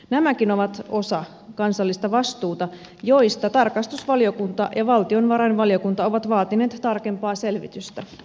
nämäkin ovat osa kansallista vastuuta josta tarkastusvaliokunta ja valtiovarainvaliokunta ovat vaatineet tarkempaa selvitystä